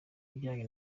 bijyanye